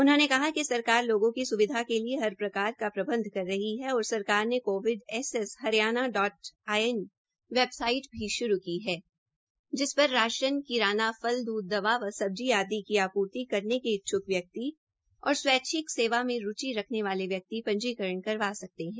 उन्होंने कहा कि सरकार लोगों की स्विधा के लिए हर प्रकार का प्रबंध कर रही है समाचार ने covid S S Haryana dot in website भी श्रू की है जिस पर राशन किसाना फल दूध दवा व सब्जी आदि की आपूर्ति करने के इच्छ्क व्यक्ति और स्वैच्छिक सेवा में रूचि रखने वाले व्यक्ति पंजीकरण् करवा सकते है